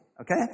Okay